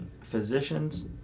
physicians